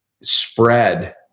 spread